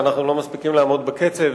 ואנחנו לא מספיקים לעמוד בקצב.